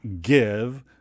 give